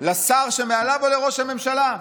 לשר שמעליו או לראש הממשלה?